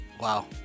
Wow